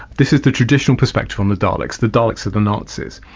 this is the traditional perspective on the daleks. the daleks are the nazis.